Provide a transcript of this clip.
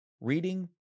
reading